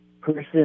person